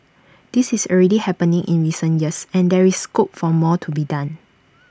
this is already happening in recent years and there is scope for more to be done